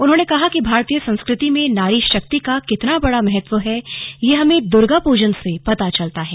उन्होंने कहा कि भारतीय संस्कृति में नारी शक्ति का कितना बड़ा महत्व है यह हमें दुर्गा पूजन से पता चलता है